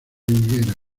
higuera